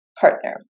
partner